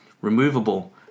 Removable